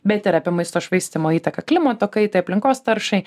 bet ir apie maisto švaistymo įtaką klimato kaitai aplinkos taršai